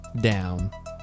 down